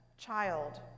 Child